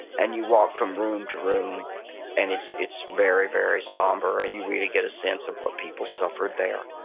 and you walk from room to room and it's it's very, very somber. and you really get a sense of what people suffered there,